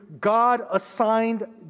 God-assigned